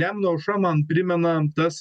nemuno aušra man primena tas